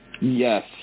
Yes